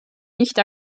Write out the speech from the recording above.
nicht